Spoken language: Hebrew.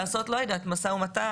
לעשות משא ומתן,